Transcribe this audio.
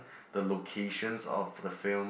the locations of the film